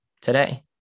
today